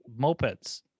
mopeds